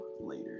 later